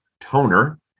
Toner